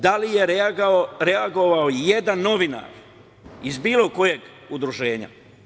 Da li je reagovao i jedan novinar iz bilo kojeg udruženja?